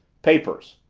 papers!